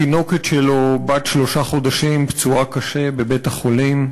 התינוקת שלו בת שלושה חודשים פצועה קשה בבית-החולים.